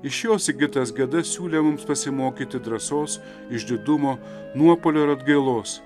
iš jo sigitas geda siūlė mums pasimokyti drąsos išdidumo nuopuolio ir atgailos